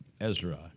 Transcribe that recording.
Ezra